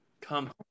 come